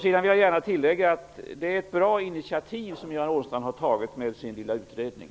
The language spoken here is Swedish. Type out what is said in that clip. Sedan vill jag gärna tillägga att det är ett bra initiativ som Göran Åstrand har tagit med sin lilla utredning.